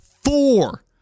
four